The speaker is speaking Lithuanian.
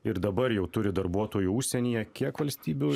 ir dabar jau turit darbuotojų užsienyje kiek valstybių